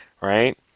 Right